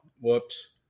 whoops